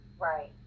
right